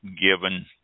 given